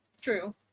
True